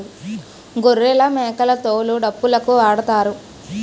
గొర్రెలమేకల తోలు డప్పులుకు వాడుతారు